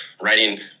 writing